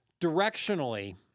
Directionally